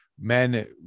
men